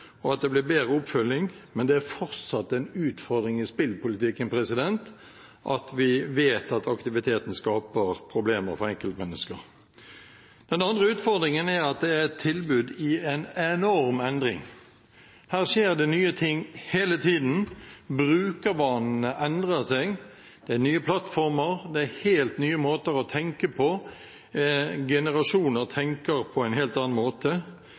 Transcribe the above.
og at det blir bedre oppfølging, men det er fortsatt en utfordring i spillpolitikken at vi vet at aktiviteten skaper problemer for enkeltmennesker. Den andre utfordringen er at det er et tilbud i enorm endring. Her skjer det nye ting hele tiden. Brukervanene endrer seg. Det er nye plattformer. Det er helt nye måter å tenke på. Generasjoner tenker på en helt annen måte.